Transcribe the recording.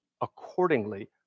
accordingly